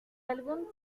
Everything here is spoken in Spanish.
algún